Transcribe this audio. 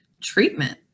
treatment